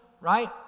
right